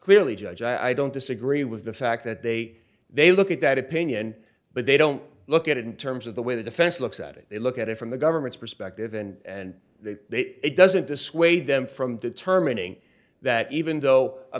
clearly judge i don't disagree with the fact that they they look at that opinion but they don't look at it in terms of the way the defense looks at it they look at it from the government's perspective and it doesn't dissuade them from determining that even though a